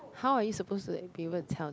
how are you supposed to be able to tell that